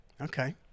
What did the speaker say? Okay